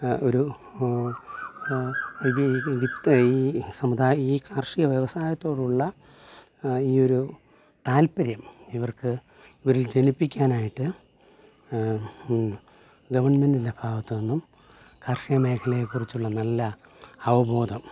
ഒരു ഈ സമുദായ ഈ കാർഷിക വ്യവസായത്തോടുള്ള ഈ ഒരു താൽപര്യം ഇവർക്ക് ഇവരിൽ ജനിപ്പിക്കാനായിട്ട് ഗവൺമെൻറിൻ്റെ ഭാഗത്ത് നിന്നും കാർഷിക മേഖലയെക്കുറിച്ചുള്ള നല്ല അവബോധം